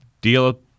deal